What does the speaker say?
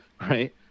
right